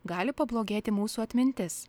gali pablogėti mūsų atmintis